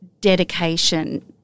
dedication